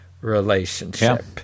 relationship